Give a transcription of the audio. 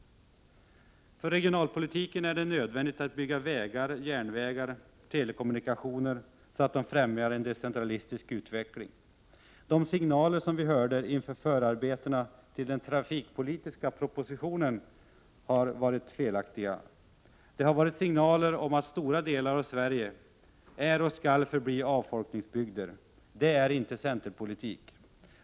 För regionalpolitiken är det nödvändigt att bygga vägar, järnvägar och telekommunikationer så att de främjar en decentralistisk utveckling. De signaler som vi hörde inför förarbetena till den trafikpolitiska propositionen visar att propositionen har fel inriktning. Det har varit signaler om att stora delar av Sverige är och skall förbli avfolkningsbygder. Det är inte centerpolitik.